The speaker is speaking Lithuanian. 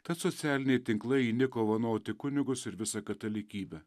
tad socialiniai tinklai įniko vanoti kunigus ir visą katalikybę